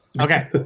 okay